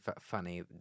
funny